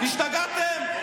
השתגעתם?